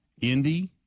Indy